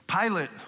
Pilate